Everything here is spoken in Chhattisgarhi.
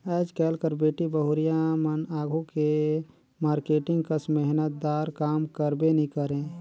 आएज काएल कर बेटी बहुरिया मन आघु के मारकेटिंग कस मेहनत दार काम करबे नी करे